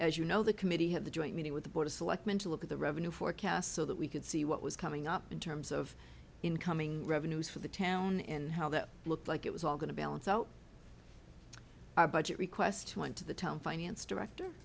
as you know the committee have the joint meeting with the board of selectmen to look at the revenue forecast so that we could see what was coming up in terms of incoming revenues for the town and how that looked like it was all going to balance out our budget request went to the town finance director